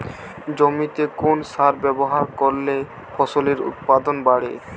জমিতে কোন সার ব্যবহার করলে ফসলের উৎপাদন বাড়ে?